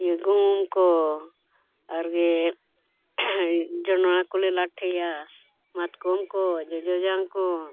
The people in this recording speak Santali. ᱤᱭᱟᱹ ᱜᱩᱦᱩᱢ ᱠᱚ ᱟᱨ ᱜᱮ ᱡᱚᱱᱚᱲᱟ ᱠᱚᱞᱮ ᱞᱟᱴᱷᱮᱭᱟ ᱢᱟᱛᱠᱚᱢ ᱠᱚ ᱡᱚᱡᱚ ᱡᱟᱝ ᱠᱚ